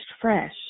fresh